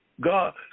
God